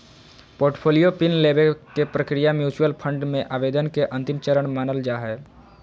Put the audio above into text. portfolio pin लेबे के प्रक्रिया म्यूच्यूअल फंड मे आवेदन के अंतिम चरण मानल जा हय